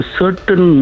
certain